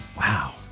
Wow